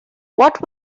what